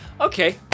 Okay